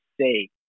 say